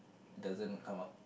doesn't come out